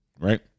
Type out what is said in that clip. right